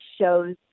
shows